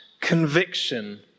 conviction